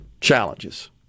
challenges